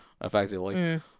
effectively